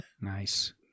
nice